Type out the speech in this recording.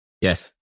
Yes